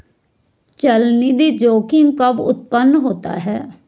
चलनिधि जोखिम कब उत्पन्न होता है?